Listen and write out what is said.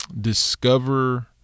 discover